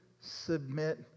submit